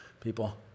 people